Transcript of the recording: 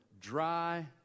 dry